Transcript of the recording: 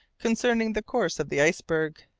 concerning the course of the iceberg.